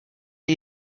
are